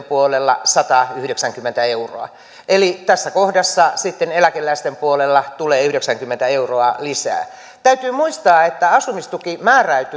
puolella satayhdeksänkymmentä euroa eli tässä kohdassa eläkeläisten puolella tulee yhdeksänkymmentä euroa lisää täytyy muistaa että asumistuki ei määräydy